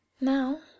Now